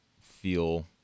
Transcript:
feel